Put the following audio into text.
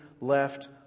left